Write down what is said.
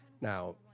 Now